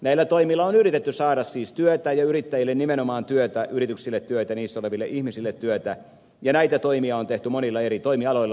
näillä toimilla on yritetty saada siis työtä ja nimenomaan yrityksille työtä ja niissä oleville ihmisille työtä ja näitä toimia on tehty monilla eri toimialoilla